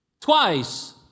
twice